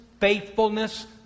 faithfulness